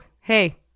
hey